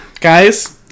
Guys